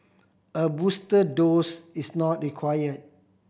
a booster dose is not required